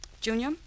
Junior